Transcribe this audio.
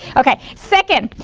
okay. second,